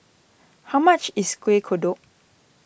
how much is Kueh Kodok